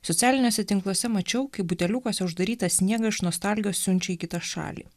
socialiniuose tinkluose mačiau kaip buteliukuose uždarytą sniegą iš nostalgijos siunčia į kitą šalį